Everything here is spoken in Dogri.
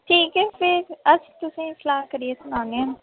ठीक ऐ फिर अस तुसेंगी सलाह करियै सनाने आं